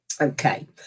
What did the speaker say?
Okay